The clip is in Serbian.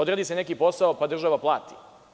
Odradi se neki posao pa državi plati.